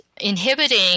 inhibiting